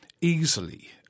easily